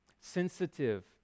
sensitive